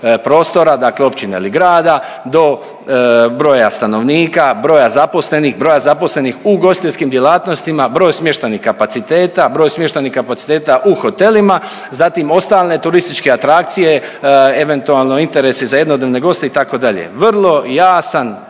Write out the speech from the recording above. prostora dakle općine ili grada do broja stanovnika, broja zaposlenih, broja zaposlenih u ugostiteljskim djelatnostima, broj smještajnih kapaciteta, broj smještajnih kapaciteta u hotelima, zatim ostale turističke atrakcije, eventualno interesi za jednodnevne goste itd. Vrlo jasan,